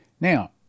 Now